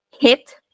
hit